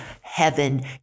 heaven